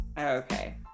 okay